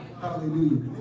Hallelujah